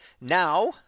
now